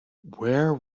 where